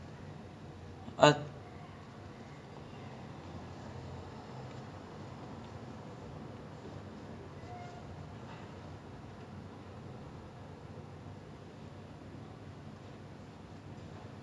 tennessee whiskey what they do is err they take this kind of err but~ okay this one I'm not completely sure I think I'm gonna have to Google this but a lot of the information that I've got about alcohol has always involved some brewing of some kind